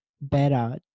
better